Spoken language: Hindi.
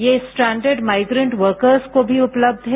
यह स्टेंडर्ड माइग्रंट वर्ककरस को भी उपलब्ध हैं